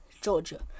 Georgia